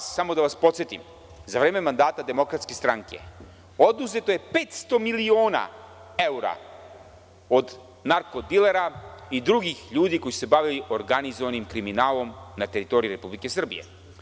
Samo da vas podsetim, za vreme mandata DS oduzeto je 500 miliona evra od narko dilera i drugih ljudi koji su se bavili organizovanim kriminalom na teritoriji Republike Srbije.